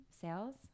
sales